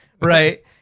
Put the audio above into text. right